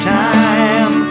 time